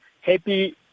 Happy